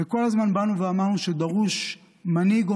וכל הזמן אמרנו שדרושים מנהיג או